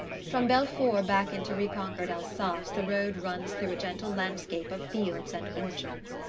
from belfort back into reconquered alsace the road runs through a gentle landscape of fields and orchards.